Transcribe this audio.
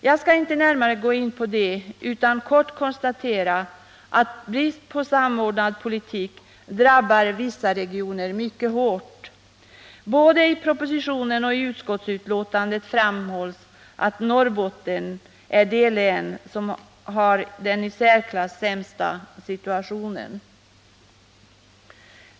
Jag skall inte gå närmare in på detta utan kort konstatera att brist på samordnad politik drabbar vissa regioner mycket hårt. Både i propositionen och i utskottsbetänkandet framhålls att Norrbotten är det län som har den i särklass sämsta situationen.